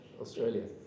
Australia